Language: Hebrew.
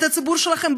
את הציבור שלכם,